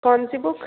कौनसी बुक